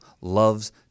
loves